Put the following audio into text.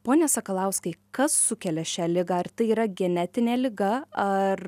pone sakalauskai kas sukelia šią ligą ar tai yra genetinė liga ar